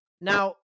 Now